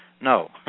No